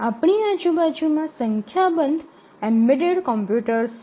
આપણી આજુબાજુમાં સંખ્યાબંધ એમ્બેડેડ કોમ્પ્યુટર્સ છે